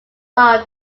while